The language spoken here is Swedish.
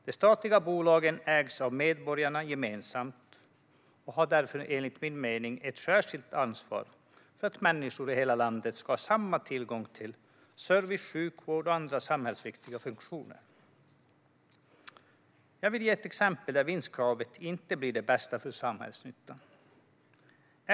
De statliga bolagen ägs av medborgarna gemensamt och har därför, enligt min mening, ett särskilt ansvar för att människor i hela landet ska ha samma tillgång till service, sjukvård och andra samhällsviktiga funktioner. Jag vill ge ett exempel där vinstkravet inte blir det bästa för samhällsnyttan.